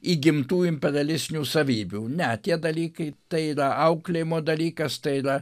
įgimtų imperialistinių savybių ne tie dalykai tai yra auklėjimo dalykas tai yra